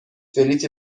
بلیطی